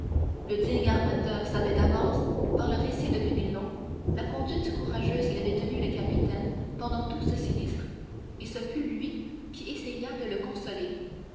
le digne armateur savait d'avance par le récit de penelon la conduite courageuse qu'avait tenue le capitaine pendant tout ce sinistre et ce fut lui qui essaya de le consoler